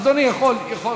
אדוני יכול.